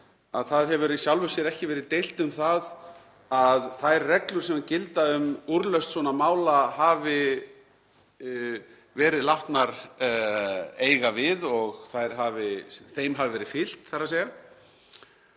það hefur í sjálfu sér ekki verið deilt um það að þær reglur sem gilda um úrlausn svona mála hafi verið látnar eiga við og þeim hafi verið fylgt. Ég tel að